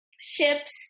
ships